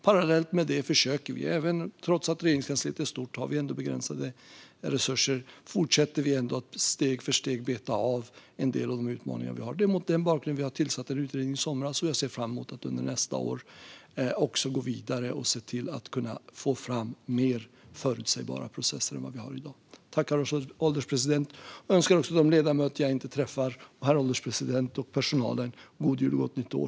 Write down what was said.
Parallellt med detta försöker vi - trots att Regeringskansliet är stort har vi ändå begränsade resurser - ändå att fortsätta att steg för steg beta av en del av de utmaningar vi har. Det är mot den bakgrunden vi tillsatte en utredning i somras, och jag ser fram emot att under nästa år också gå vidare och se till att kunna få fram mer förutsägbara processer än vad vi har i dag. Herr ålderspresident! Jag önskar de ledamöter jag inte träffar, herr ålderspresidenten och personalen god jul och gott nytt år.